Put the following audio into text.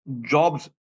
jobs